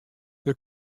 dêr